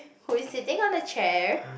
who is sitting on the chair